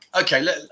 okay